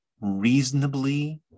reasonably